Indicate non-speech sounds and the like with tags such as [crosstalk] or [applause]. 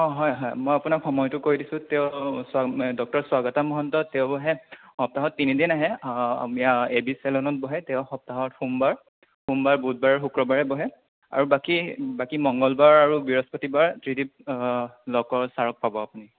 অ' হয় হয় মই আপোনাক সময়টো কৈ দিছোঁ তেওঁ ডক্টৰ স্বাগতা মহন্ত তেওঁ বহে সপ্তাহত তিনিদিন আহে [unintelligible] বহে তেওঁ সপ্তাহত সোমবাৰ সোমবাৰ বুধবাৰ আৰু শুক্ৰবাৰে বহে আৰু বাকী বাকী মংগলবাৰ আৰু বৃহস্পতিবাৰ ত্ৰিদিপ লহকৰ ছাৰক পাব আপুনি